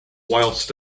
whilst